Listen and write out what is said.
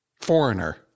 foreigner